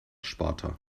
sparta